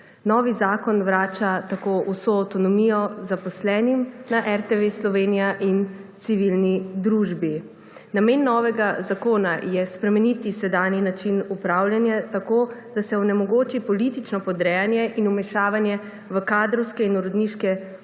Novi zakon vrača tako vso avtonomijo zaposlenim na RTV Slovenija in civilni družbi. Namen novega zakona je spremeniti sedanji način upravljanja, da se onemogoči politično podrejanje in vmešavanje v kadrovske in uredniške odločitve